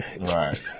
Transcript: Right